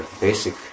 basic